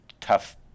tough